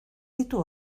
ditu